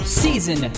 season